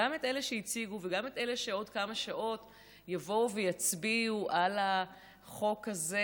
גם את אלה שהציגו וגם את אלה שעוד כמה שעות יבואו ויצביעו על החוק הזה: